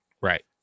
right